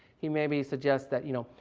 he maybe suggests that, you know,